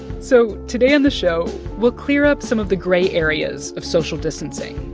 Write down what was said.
so today on the show, we'll clear up some of the gray areas of social distancing.